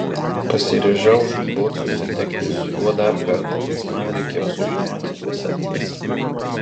pasiryžau žūtbūt susitikti su juo dar kartą nes man reikėjo sužinoti visą tiesą